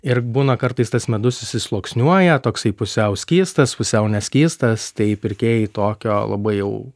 ir būna kartais tas medus susisluoksniuoja toksai pusiau skystas pusiau neskystas tai pirkėjai tokio labai jau